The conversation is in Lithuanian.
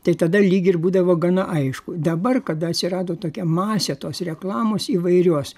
tai tada lyg ir būdavo gana aišku dabar kada atsirado tokia masė tos reklamos įvairios